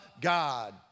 God